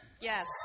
Yes